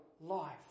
life